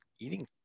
eating